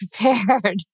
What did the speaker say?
prepared